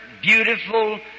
beautiful